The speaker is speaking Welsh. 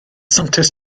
santes